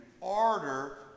order